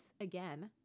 again